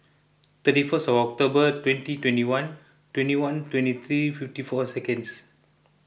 thirty first October twenty twenty one twenty one twenty three fifty four seconds